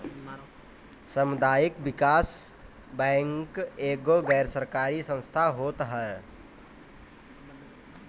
सामुदायिक विकास बैंक एगो गैर सरकारी संस्था होत हअ